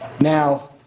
Now